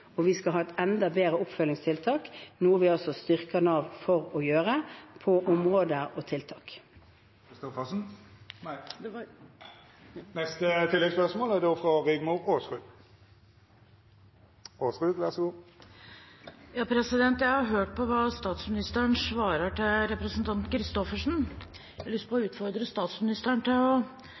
Vi skal ha enda bedre oppfølgingstiltak, noe vi styrker Nav for å gjøre, på områder og tiltak. Det vert opna for oppfølgingsspørsmål – først Rigmor Aasrud. Jeg har hørt på hva statsministeren svarer til representanten Christoffersen. Jeg har lyst til å utfordre statsministeren til